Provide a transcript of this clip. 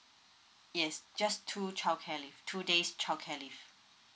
yes just two childcare leave two days childcare leave